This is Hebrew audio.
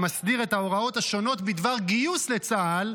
המסדיר את ההוראות השונות בדבר גיוס לצה"ל,